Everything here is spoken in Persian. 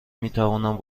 میتوانم